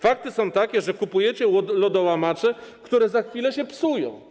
Fakty są takie, że kupujecie lodołamacze, które za chwilę się psują.